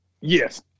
Yes